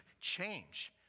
change